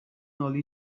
only